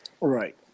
Right